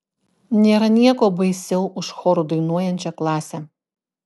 nėra nieko baisiau už choru dainuojančią klasę